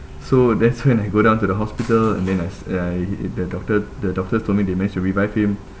so that's when I go down to the hospital and then as I the doctor the doctors told me they managed to revive him